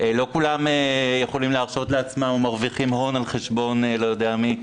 לא כולם יכולים להרשות לעצמם ומרוויחים הון על חשבון לא יודע מי.